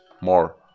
more